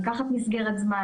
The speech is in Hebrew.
לקחת מסגרת זמן